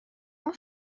اون